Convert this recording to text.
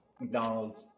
McDonald's